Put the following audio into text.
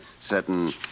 certain